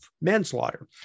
manslaughter